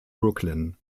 brooklyn